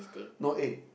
no eh